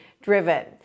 driven